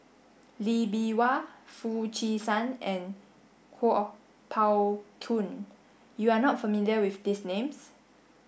Lee Bee Wah Foo Chee San and Kuo Pao Kun you are not familiar with these names